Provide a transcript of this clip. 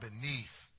beneath